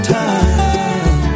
time